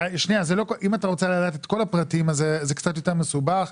אם אתה רוצה לדעת את כל הפרטים אז זה קצת יותר מסובך,